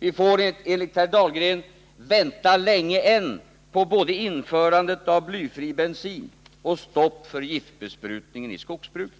Vi får enligt herr Dahlgren vänta länge än på både införandet av blyfri bensin och stopp för giftbesprutningen i skogsbruket.